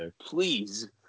please